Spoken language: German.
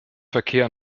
verkehr